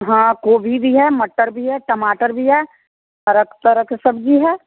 हाँ गोभी भी है मटर भी है टमाटर भी है हरक तरह के सब्ज़ी है